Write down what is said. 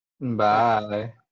Bye